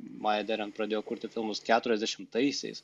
maya deren pradėjo kurti filmus keturiasdešimtaisiais